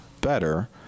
better